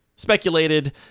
speculated